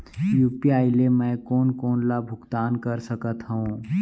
UPI ले मैं कोन कोन ला भुगतान कर सकत हओं?